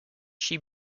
she